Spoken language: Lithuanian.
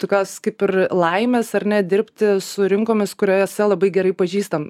tokios kaip ir laimės ar nedirbti su rinkomis kuriose labai gerai pažįstam